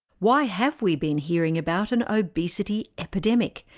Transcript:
why have we been hearing about an obesity epidemic,